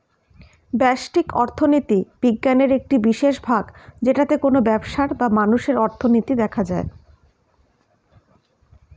ব্যষ্টিক অর্থনীতি বিজ্ঞানের একটি বিশেষ ভাগ যেটাতে কোনো ব্যবসার বা মানুষের অর্থনীতি দেখা হয়